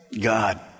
God